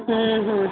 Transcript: ହୁଁ ହୁଁ